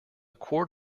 quart